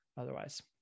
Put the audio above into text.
otherwise